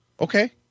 Okay